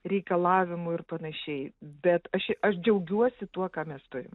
reikalavimų ir panašiai bet aš aš džiaugiuosi tuo ką mes turim